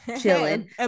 chilling